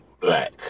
black